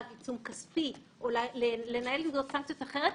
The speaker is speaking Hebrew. עיצום כספי או לנהל נגדו סנקציות אחרות,